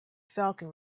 falcon